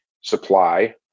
supply